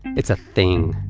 it's a thing.